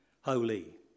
holy